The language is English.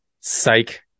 psych